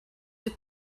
with